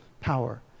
power